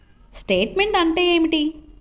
Statement అంటే ఏమిటి?